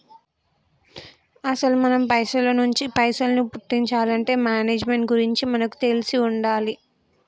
అసలు మనం పైసల నుంచి పైసలను పుట్టించాలంటే మేనేజ్మెంట్ గురించి మనకు తెలిసి ఉండాలి